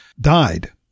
died